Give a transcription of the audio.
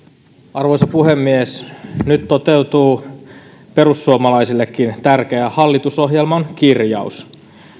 arvoisa puhemies nyt toteutuu perussuomalaisillekin tärkeä hallitusohjelman kirjaus